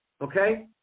Okay